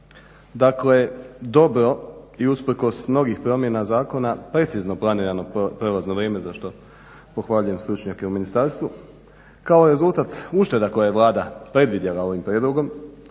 Dakle, dobro i usprkos mnogih promjena zakona precizno planirano prolazno vrijeme za što pohvaljujem stručnjake u ministarstvu kao rezultat ušteda koje je Vlada predvidjela ovim prijedlogom.